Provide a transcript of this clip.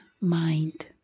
mind